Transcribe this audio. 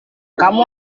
kamu